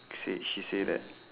said she said that